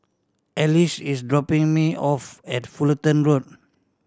Ashleigh is dropping me off at Fullerton Road